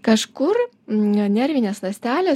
kažkur mm nervinės ląstelės